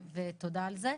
תודה על זה.